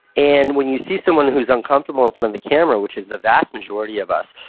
and when you see someone who's uncomfortable in front of the camera, which is the vast majority of us,